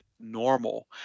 normal